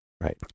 Right